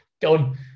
Done